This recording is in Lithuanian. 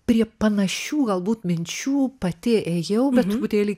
prie panašių galbūt minčių pati ėjau bet truputėlį